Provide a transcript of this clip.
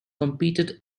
competed